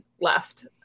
left